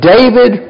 David